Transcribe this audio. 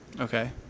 okay